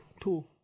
two